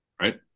Right